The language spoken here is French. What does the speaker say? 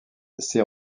ses